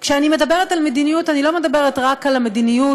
כשאני מדברת על מדיניות אני לא מדברת רק על המדיניות